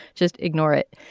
just ignore it.